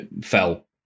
fell